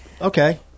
Okay